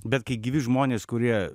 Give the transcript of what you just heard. bet kai gyvi žmonės kurie